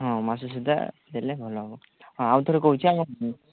ହଁ ମାସ ସୁଦ୍ଧା ଦେଲେ ଭଲ ହେବ ହଁ ଆଉଥରେ କହୁଛି ଆଉ